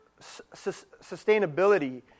sustainability